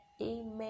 amen